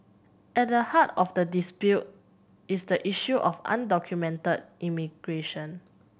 at the heart of the dispute is the issue of undocumented immigration